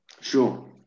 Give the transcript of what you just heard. Sure